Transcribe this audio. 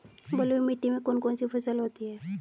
बलुई मिट्टी में कौन कौन सी फसल होती हैं?